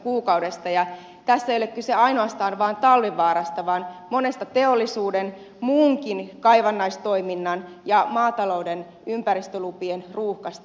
tässä ei ole kyse ainoastaan talvivaarasta vaan monesta muusta teollisuuden muunkin kaivannaistoiminnan ja maatalouden ympä ristölupien ruuhkasta